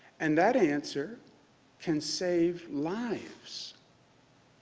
and that answer can save lives.